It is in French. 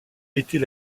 était